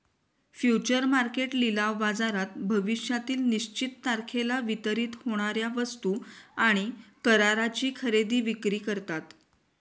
future market लिलाव बाजारात भविष्यातील निश्चित तारखेला वितरित होणार्या वस्तू आणि कराराची खरेदी विक्री करतात